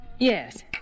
Yes